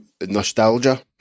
nostalgia